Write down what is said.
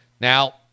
Now